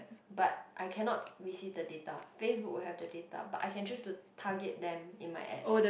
but I cannot receive the data Facebook have the data but I can choose to target them in my ads